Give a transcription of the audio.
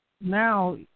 now